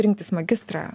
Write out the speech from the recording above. rinktis magistrą